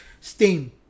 Steam